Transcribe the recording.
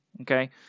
okay